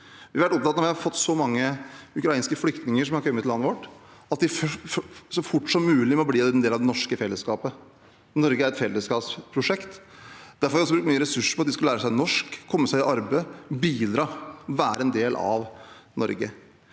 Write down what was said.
til landet vårt, må de så fort som mulig bli en del av det norske fellesskapet. Norge er et fellesskapsprosjekt. Derfor har vi brukt mye ressurser på at de skal lære seg norsk, komme seg i arbeid, bidra og være en del av Norge.